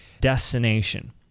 destination